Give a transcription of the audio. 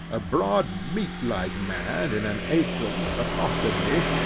a broad meat-like man, in an apron, accosted me,